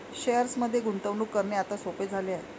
शेअर्समध्ये गुंतवणूक करणे आता सोपे झाले आहे